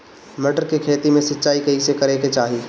मटर के खेती मे सिचाई कइसे करे के चाही?